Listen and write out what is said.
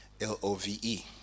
L-O-V-E